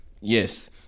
Yes